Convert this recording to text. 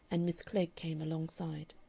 and miss klegg came alongside.